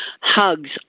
Hugs